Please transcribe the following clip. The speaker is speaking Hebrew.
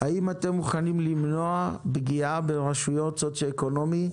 האם אתם מוכנים למנוע פגיעה ברשויות במעמד סוציו-אקונומי נמוך,